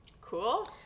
cool